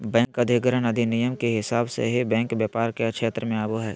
bank अधिग्रहण अधिनियम के हिसाब से ही बैंक व्यापार के क्षेत्र मे आवो हय